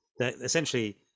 essentially